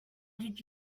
did